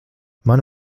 man